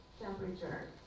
temperature